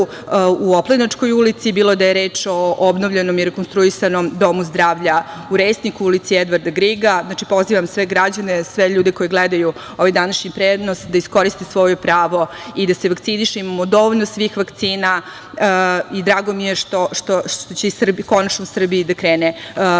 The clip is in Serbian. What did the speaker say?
u Oplenačkoj ulici, bilo da je reč o obnovljenom i rekonstruisanom domu zdravlja u Resniku, u ulici Edvarda Grega. Znači, pozivam sve građane, sve ljude koji gledaju ovaj današnji prenos da iskoriste svoje pravo i da se vakcinišu. Imamo dovoljno svih vakcina i drago mi je što će konačno u Srbiji da krene